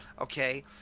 Okay